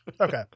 Okay